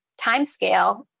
timescale